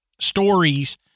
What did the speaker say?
stories